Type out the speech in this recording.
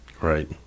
Right